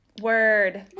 word